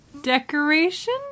decoration